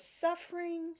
suffering